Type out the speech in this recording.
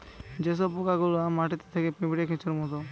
যে সব পোকা গুলা মাটিতে থাকে পিঁপড়ে, কেঁচোর মত